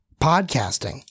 podcasting